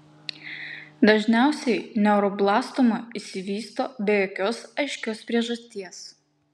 dažniausiai neuroblastoma išsivysto be jokios aiškios priežasties